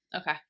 Okay